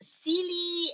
silly